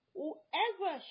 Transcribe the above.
Whoever